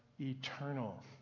eternal